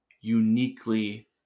uniquely